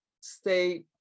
stay